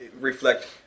reflect